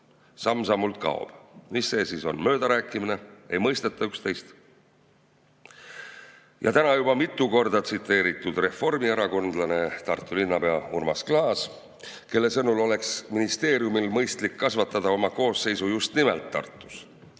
samm-sammult kaob"? Mis see siis on? Möödarääkimine? Ei mõisteta üksteist? Täna on juba mitu korda tsiteeritud reformierakondlast, Tartu linnapead Urmas Klaasi, kelle sõnul oleks ministeeriumil mõistlik kasvatada oma koosseisu just nimelt Tartus,